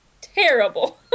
terrible